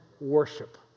worship